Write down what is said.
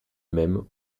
même